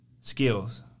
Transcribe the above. skills